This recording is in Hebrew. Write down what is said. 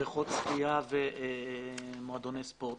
בריכות שחייה ומועדוני ספורט.